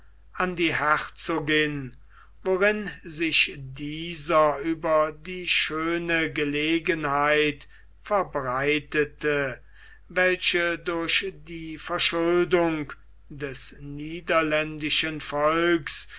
an die herzogin worin sich dieser über die schöne gelegenheit verbreitete welche durch die verschuldung des niederländischen volks